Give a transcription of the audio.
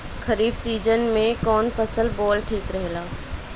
खरीफ़ season में कौन फसल बोअल ठिक रहेला ह?